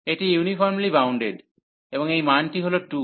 এটি uniformly bounded এবং এই মানটি হল 2